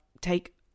take